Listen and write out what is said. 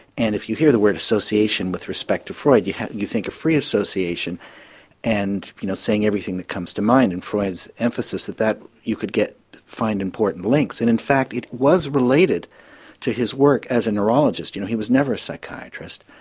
and if you hear the word association with respect to freud you yeah you think of free association and you know saying everything that comes to mind and freud's emphasis that that you could find important links and in fact it was related to his work as a neurologist. you know he was never a psychiatrist,